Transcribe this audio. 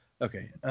Okay